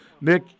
Nick